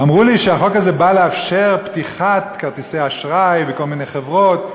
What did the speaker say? אמרו לי שהחוק הזה בא לאפשר פתיחת כרטיסי אשראי בכל מיני חברות,